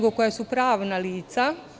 To su pravna lica.